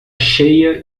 cheia